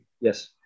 Yes